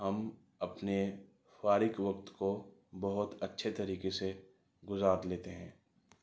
ہم اپنے فارغ وقت کو بہت اچھے طریقے سے گزار لیتے ہیں